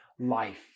Life